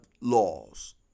laws